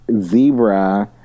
zebra